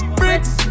bricks